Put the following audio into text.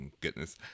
goodness